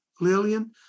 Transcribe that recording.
Lillian